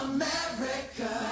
America